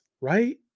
right